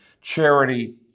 charity